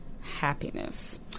happiness